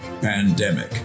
pandemic